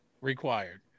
required